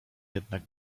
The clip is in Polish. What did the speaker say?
jednak